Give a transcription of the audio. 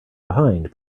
behind